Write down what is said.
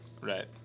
Right